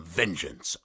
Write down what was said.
vengeance